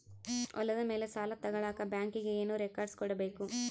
ಹೊಲದ ಮೇಲೆ ಸಾಲ ತಗಳಕ ಬ್ಯಾಂಕಿಗೆ ಏನು ಏನು ರೆಕಾರ್ಡ್ಸ್ ಕೊಡಬೇಕು?